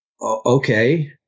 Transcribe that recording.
okay